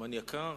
הזמן יקר,